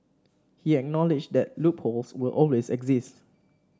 he acknowledged that loopholes will always exist